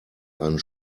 einen